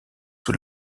sous